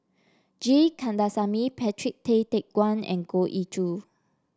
G Kandasamy Patrick Tay Teck Guan and Goh Ee Choo